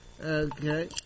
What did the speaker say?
okay